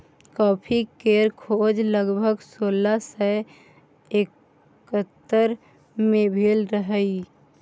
coffee केर खोज लगभग सोलह सय एकहत्तर मे भेल रहई